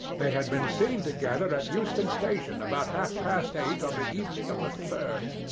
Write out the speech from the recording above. they had been seen together at euston station about half-past eight on the evening of the third.